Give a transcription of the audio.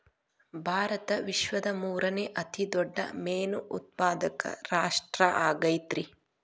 ಭಾರತ ವಿಶ್ವದ ಮೂರನೇ ಅತಿ ದೊಡ್ಡ ಮೇನು ಉತ್ಪಾದಕ ರಾಷ್ಟ್ರ ಆಗೈತ್ರಿ